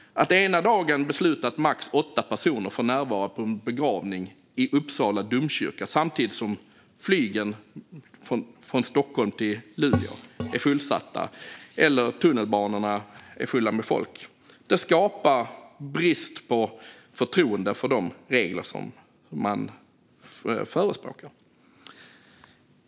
Att ena dagen besluta att max åtta personer får närvara på en begravning i Uppsala domkyrka samtidigt som flygen från Stockholm till Luleå är fullsatta och tunnelbanorna är fulla med folk skapar brist på förtroende för de regler som man förespråkar.